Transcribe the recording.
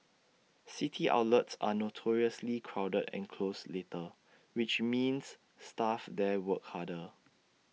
city outlets are notoriously crowded and close later which means staff there work harder